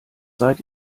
seid